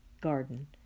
garden